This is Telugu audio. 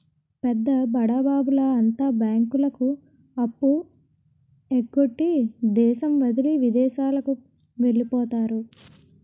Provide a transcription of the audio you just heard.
పెద్ద బడాబాబుల అంతా బ్యాంకులకు అప్పు ఎగ్గొట్టి దేశం వదిలి విదేశాలకు వెళ్లిపోతారు